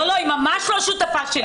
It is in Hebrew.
את לא שותפה שלי.